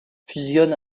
fusionne